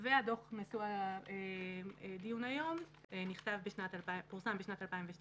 והדוח נשוא הדיון היום פורסם בשנת 2012,